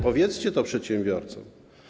Powiedzcie to przedsiębiorcom.